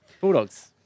Bulldogs